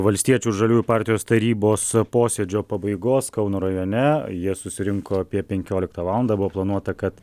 valstiečių ir žaliųjų partijos tarybos posėdžio pabaigos kauno rajone jie susirinko apie penkioliktą valandą buvo planuota kad